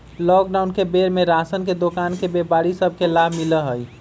lockdown के बेर में राशन के दोकान के व्यापारि सभ के लाभ मिललइ ह